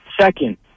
Second